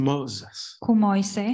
Moses